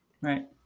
Right